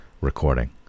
recording